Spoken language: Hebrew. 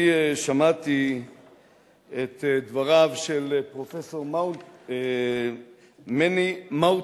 אני שמעתי את דבריו של פרופסור מני מאוטנר,